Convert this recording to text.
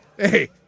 Hey